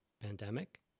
pandemic